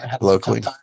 locally